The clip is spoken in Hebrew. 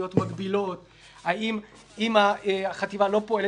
כמו החטיבה להתיישבות.